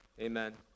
Amen